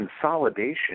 consolidation